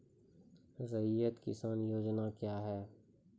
रैयत किसान योजना क्या हैं?